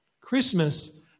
Christmas